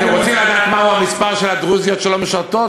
אתם רוצים לדעת מה המספר של הדרוזיות שלא משרתות,